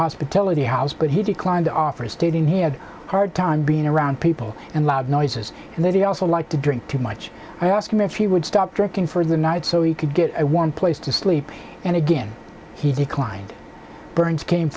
hospitality house but he declined the offer stating he had a hard time being around people and loud noises and that he also liked to drink too much i asked him if he would stop drinking for the night so he could get a warm place to sleep and again he declined burns came